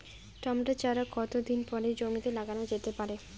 Tomato চারা কতো দিন পরে জমিতে লাগানো যেতে পারে?